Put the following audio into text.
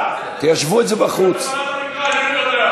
בסדר, זה דבר חריג מה שנעשה פה.